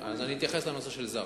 אתייחס לנושא של זרים.